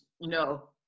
No